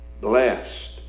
blessed